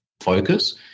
focus